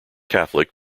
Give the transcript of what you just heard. catholic